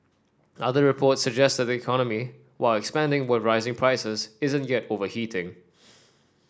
other reports suggest the economy while expanding with rising prices isn't yet overheating